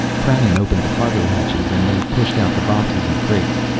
krannon opened the cargo hatches and they pushed out the boxes and crates.